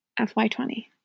FY20